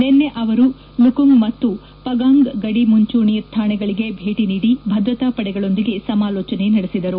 ನಿನ್ನೆ ಅವರು ಲುಕುಂಗ್ ಮತ್ತು ಪಂಗಾಂಗ್ ಗಡಿ ಮುಂಚೂಣಿ ಠಾಣಾಗಳಗೆ ಭೇಟ ನೀಡಿ ಭದ್ರತಾಪಡೆಗಳೊಂದಿಗೆ ಸಮಾಲೋಚನೆ ನಡೆಸಿದರು